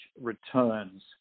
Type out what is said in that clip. returns